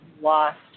lost